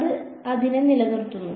അത് അതിനെ നിലനിർത്തുന്നു